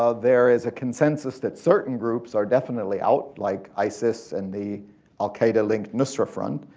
ah there is a consensus that certain groups are definitely out, like isis and the al-qaida-linked nusra front.